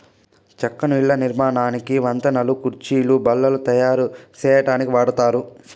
చెక్కను ఇళ్ళ నిర్మాణానికి, వంతెనలు, కుర్చీలు, బల్లలు తాయారు సేయటానికి వాడతారు